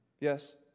Yes